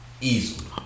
Easily